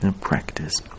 practice